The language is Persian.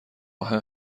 آهن